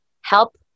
help